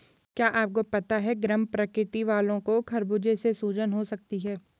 क्या आपको पता है गर्म प्रकृति वालो को खरबूजे से सूजन हो सकती है?